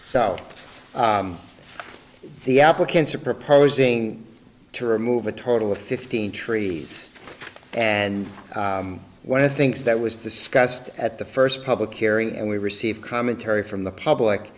so the applicants are proposing to remove a total of fifteen trees and one i think that was discussed at the first public hearing and we received commentary from the public